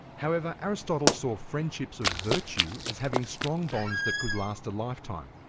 however, aristotle saw friendships of virtue as having strong bonds that could last a lifetime.